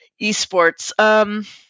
esports